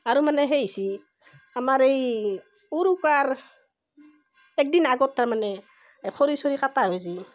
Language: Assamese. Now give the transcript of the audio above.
আৰু মানে সেই হৈছি আমাৰ এই উৰুকাৰ একদিন আগত তাৰমানে এ খৰি চৰি কটা হৈছে